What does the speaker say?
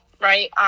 right